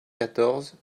quatorze